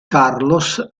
carlos